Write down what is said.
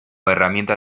herramienta